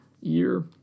year